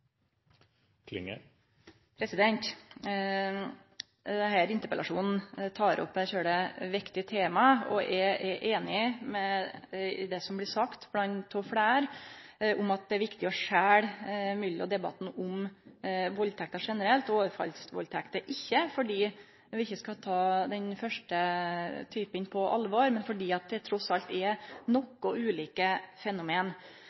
få den samme krisestemningen som vi har når det gjelder overfallsvoldtekt, for alle de andre voldtektene som begås i Norge. Det denne interpellasjonen tek opp, er eit veldig viktig tema, og eg er einig i det som blir sagt frå fleire, at det er viktig å skilje mellom debatten om valdtekter generelt og overfallsvaldtekter, ikkje fordi vi ikkje skal ta den første typen på alvor, men